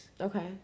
okay